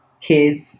Kids